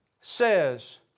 says